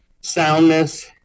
soundness